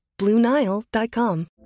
BlueNile.com